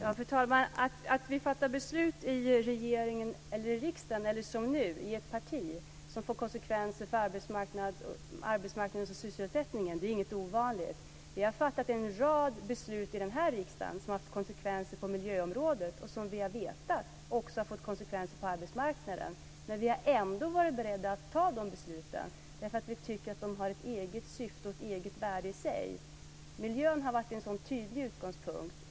Fru talman! Att vi fattar beslut i regeringen eller riksdagen, eller som nu i ett parti, som får konsekvenser för arbetsmarknaden och sysselsättningen är inget ovanligt. Vi har fattat en rad beslut i den här riksdagen som haft konsekvenser på miljöområdet och som vi har vetat också har fått konsekvenser på arbetsmarknaden. Vi har dock varit beredda att ta de besluten, därför att vi tyckt att de haft ett eget syfte och ett eget värde i sig. Miljön har varit en sådan tydlig utgångspunkt.